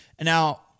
now